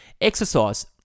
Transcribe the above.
Exercise